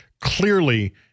clearly